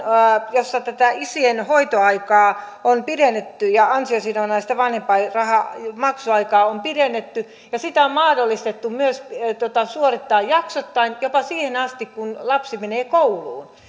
jossa tätä isien hoitoaikaa on pidennetty ja ansiosidonnaisen vanhempainrahan maksuaikaa on pidennetty ja myös on mahdollistettu sen suorittaminen jaksoittain jopa siihen asti kun lapsi menee kouluun